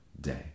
day